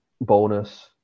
bonus